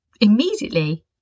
immediately